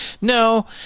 No